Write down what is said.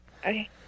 Okay